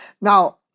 Now